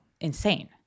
insane